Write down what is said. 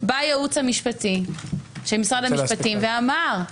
בא הייעוץ המשפט של משרד המשפטים ואמר: